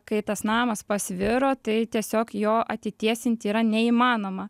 kai tas namas pasviro tai tiesiog jo atitiesint yra neįmanoma